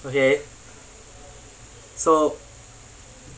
okay so